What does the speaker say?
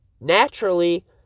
naturally